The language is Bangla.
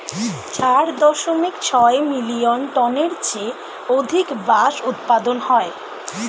চার দশমিক ছয় মিলিয়ন টনের চেয়ে অধিক বাঁশ উৎপাদন হয়